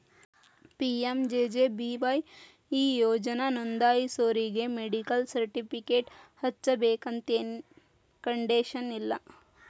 PMJJBY ಈ ಯೋಜನಾ ನೋಂದಾಸೋರಿಗಿ ಮೆಡಿಕಲ್ ಸರ್ಟಿಫಿಕೇಟ್ ಹಚ್ಚಬೇಕಂತೆನ್ ಕಂಡೇಶನ್ ಇಲ್ಲ